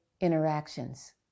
interactions